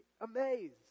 amazed